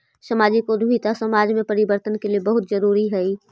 सामाजिक उद्यमिता समाज में परिवर्तन के लिए बहुत जरूरी हई